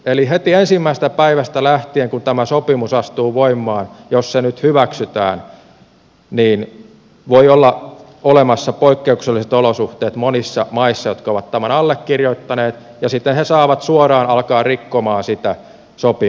eli heti ensimmäisestä päivästä lähtien kun tämä sopimus astuu voimaan jos se nyt hyväksytään voivat olla olemassa poikkeukselliset olosuhteet monissa maissa jotka ovat tämän allekirjoittaneet ja siten he saavat suoraan alkaa rikkoa sitä sopimusta